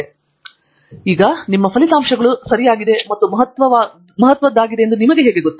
ಪ್ರಶ್ನೆಗೆ ಮರಳಿ ಹೋಗುವುದು ನಿಮ್ಮ ಫಲಿತಾಂಶಗಳು ಸರಿಯಾದ ಮತ್ತು ಮಹತ್ವದ್ದಾಗಿವೆ ಎಂದು ನಿಮಗೆ ಹೇಗೆ ಗೊತ್ತು